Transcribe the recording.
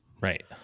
Right